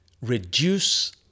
reduce